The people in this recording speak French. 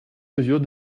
mesure